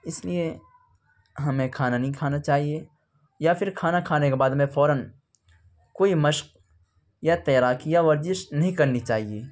اس لیے ہمیں کھانا نہیں کھانا چاہیے یا پھر كھانا كھانے كے بعد میں فوراً كوئی مشق یا تیراكی یا ورزش نہیں کرنی چاہیے